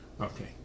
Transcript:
Okay